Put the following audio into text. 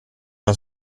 non